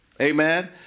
Amen